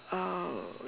uh